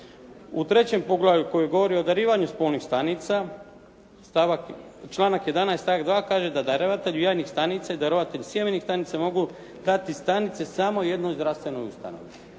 U 3. poglavlju koje govori o darivanju spolnih stanica stavak, članak 11. stavak 2. kaže da darovatelji jajnih stanica i darovatelj sjemenih stanica mogu dati stanice samo jednoj zdravstvenoj ustanovi.